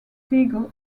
siegel